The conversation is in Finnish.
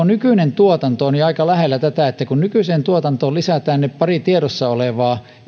nykyinen tuotanto on jo aika lähellä tätä eli kun nykyiseen tuotantoon lisätään ne pari tiedossa olevaa